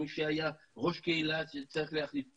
מי שהיה ראש קהילה צריך למצוא מחליף.